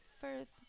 first